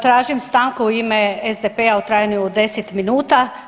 Tražim stanku u ime SDP-a u trajanju od 10 minuta.